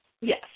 Yes